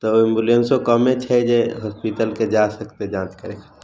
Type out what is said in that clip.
तऽ एम्बुलेन्सो कमे छै जे हस्पिटल लय जा सकतै जाँच करय लए